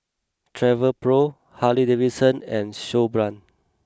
Travelpro Harley Davidson and Snowbrand